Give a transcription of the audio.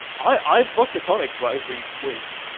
i've vodka tonic like every week.